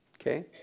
Okay